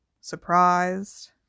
surprised